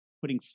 putting